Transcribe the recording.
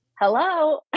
Hello